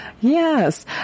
Yes